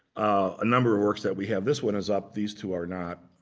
a number of works that we have. this one is up, these two are not.